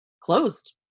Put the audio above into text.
closed